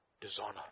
Dishonor